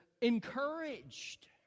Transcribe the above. encouraged